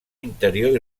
interior